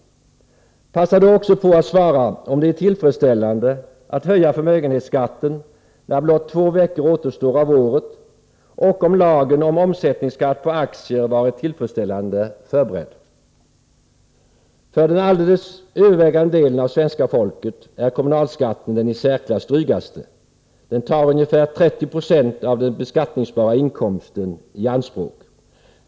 Passa då också på att svara på om det är tillfredsställande att höja förmögenhetsskatten när blott två veckor återstår av året och om lagen om omsättningsskatt på aktier var tillfredsställande förberedd. För den alldeles övervägande delen av svenska folket är kommunalskatten den i särklass drygaste, den tar ungefär 30 20 av den beskattningsbara inkomsten i anspråk.